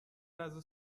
لحظه